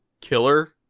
killer